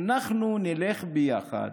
שנלך ביחד,